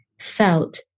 felt